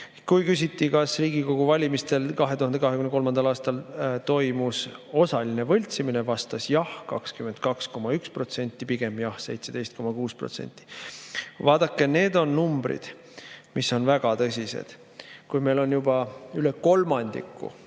Kui küsiti, kas Riigikogu valimistel 2023. aastal toimus osaline võltsimine, vastas "jah" 22,1%, "pigem jah" 17,6%. Vaadake, need on numbrid, mis on väga tõsised. Kui meil on juba üle kolmandiku